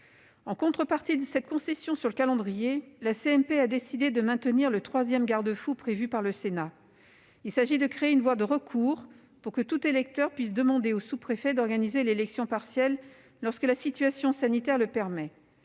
En contrepartie de cette concession sur le calendrier, la CMP a décidé de maintenir le troisième garde-fou prévu par le Sénat, à savoir la création d'une voie de recours permettant à tout électeur de demander au sous-préfet d'organiser l'élection partielle lorsque la situation sanitaire le permet.